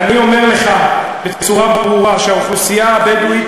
אני אומר לך בצורה ברורה שהאוכלוסייה הבדואית